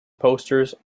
posters